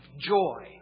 joy